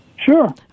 Sure